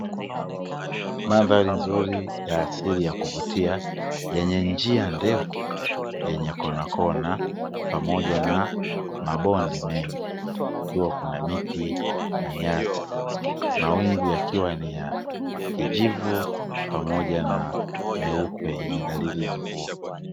Mandhari nzuri ya asili ya kuvutia yenye njia ndefu yenye konakona, pamoja na mabonde mengi. Ikiwa kuna miti na nyasi, mawingu yakiwa ni ya kijivu pamoja na meupe yenye dalili ya mvua.